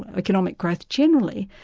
ah economic growth generally,